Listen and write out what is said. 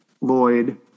Lloyd